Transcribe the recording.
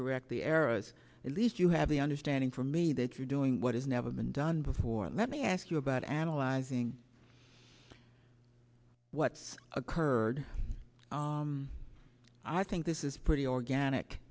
correct the errors at least you have the understanding for me that you're doing what is never been done before let me ask you about analyzing what's occurred i think this is pretty organic